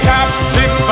Captain